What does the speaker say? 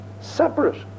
separate